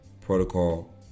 protocol